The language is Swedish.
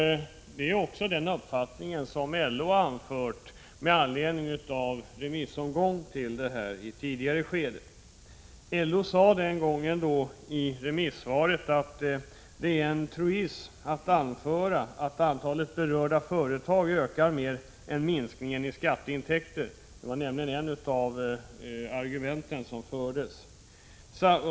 Det är också den uppfattning som LO har anfört med anledning av remissomgång i ett tidigare skede. LO sade den gången i remissvaret att det är en truism att anföra att antalet berörda företag ökar mer än vad som motsvarar minskningen i skatteintäkter — det var nämligen ett av de argument som anfördes.